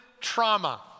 trauma